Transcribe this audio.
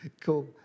Cool